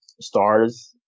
stars